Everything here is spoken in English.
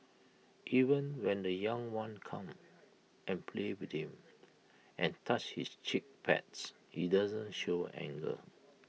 even when the young ones come and play with him and touch his cheek pads he doesn't show anger